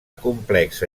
complexa